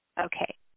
Okay